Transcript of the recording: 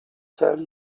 tell